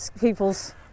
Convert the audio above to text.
people's